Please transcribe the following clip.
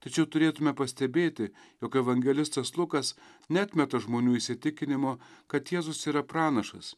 tačiau turėtume pastebėti jog evangelistas lukas neatmeta žmonių įsitikinimo kad jėzus yra pranašas